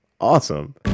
Awesome